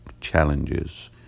challenges